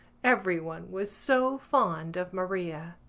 everyone was so fond of maria.